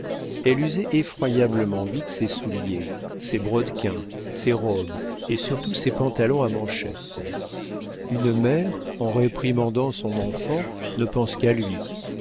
elle usait effroyablement vite ses souliers ses brodequins ses robes et surtout ses pantalons à manchettes une mère en réprimandant son enfant ne pense qu'à lui